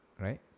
right